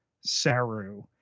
Saru